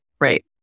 Right